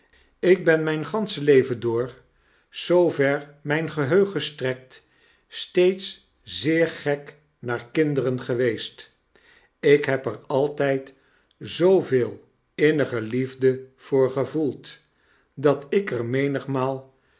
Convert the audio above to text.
ik ben mjjn gansche leven door zoover mijn geheugen strekt steeds zeer gek naar kinderen geweest ik heb er altyd zooveel innige liefde voor gevoeld dat ik er menigmaal